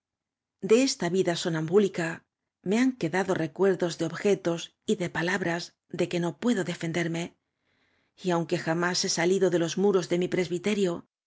de esta vida sonambúlica me han quedado recuerdos de objetos y de pala bras de que no puedo defenderme y aunque ja más he salido de los muros de mi presbiterio